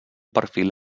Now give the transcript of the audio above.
perfil